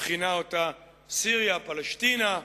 וכינה אותה "סיריה פלשתינה".